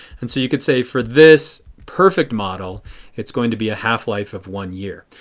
and so you could say for this perfect model it is going to be a half-life of one year.